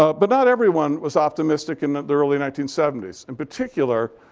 ah but not everyone was optimistic in the early nineteen seventy s. in particular,